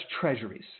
Treasuries